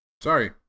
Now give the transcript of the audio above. Sorry